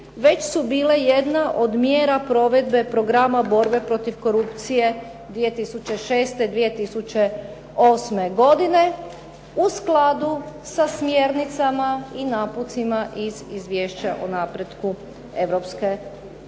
već su bile jedna od mjera provedbe Programa borbe protiv korupcije 2006/2008. godine u skladu sa smjernicama i napucima iz Izvješća o napretku